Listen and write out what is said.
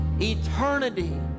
Eternity